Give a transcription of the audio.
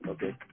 Okay